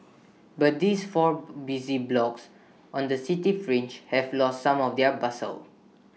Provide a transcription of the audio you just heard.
but these four busy blocks on the city fringe have lost some of their bustle